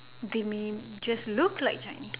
they may just look like chinese